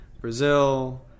Brazil